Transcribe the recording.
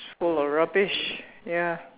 full of rubbish ya